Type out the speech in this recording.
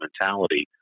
mentality